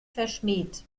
verschmäht